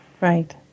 Right